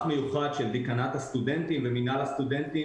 מיוחד של דיקנט הסטודנטים ומינהל הסטודנטים,